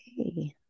Okay